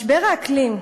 משבר האקלים,